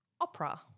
opera